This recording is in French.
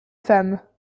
femme